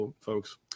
folks